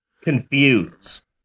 confused